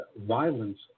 violence